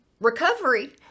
recovery